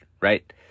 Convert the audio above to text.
right